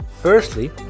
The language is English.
Firstly